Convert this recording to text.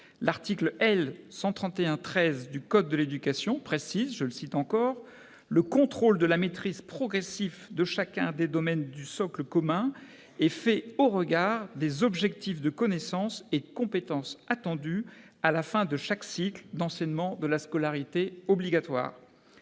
L'article R. 131-13 du code de l'éducation précise ainsi :« Le contrôle de la maîtrise progressive de chacun des domaines du socle commun est fait au regard des objectifs de connaissances et de compétences attendues à la fin de chaque cycle d'enseignement de la scolarité obligatoire